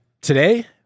Today